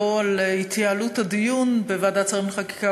לא על התייעלות הדיון בוועדת השרים לחקיקה,